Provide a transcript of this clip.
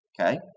Okay